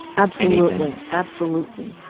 absolutely. absolutely.